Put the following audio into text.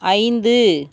ஐந்து